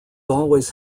always